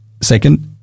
Second